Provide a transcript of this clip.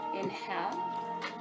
Inhale